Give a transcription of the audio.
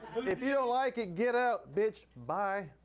if you don't like it, get out, bitch. bye.